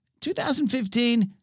2015